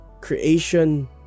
creation